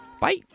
Bye